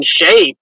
shape